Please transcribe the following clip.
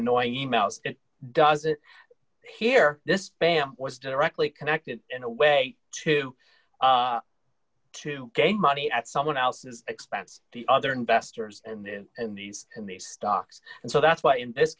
annoying e mails does it here this bam was directly connected in a way to to gain money at someone else's expense the other investors and these in these stocks and so that's why in this